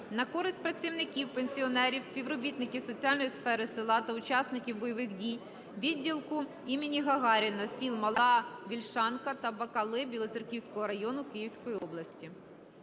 на користь працівників, пенсіонерів, співробітників соціальної сфери села та учасників бойових дій відділку ім. Гагаріна сіл Мала Вільшанка та Бакали Білоцерківського району Київської області.